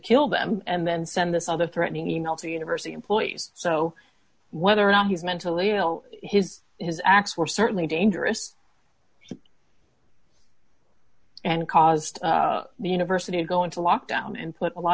kill them and then send this other threatening also university employees so whether or not he's mentally ill his his acts were certainly dangerous and caused the university to go into lockdown and put a lot